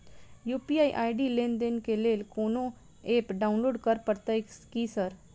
UPI ID लेनदेन केँ लेल कोनो ऐप डाउनलोड करऽ पड़तय की सर?